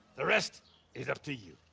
the rest is up to you.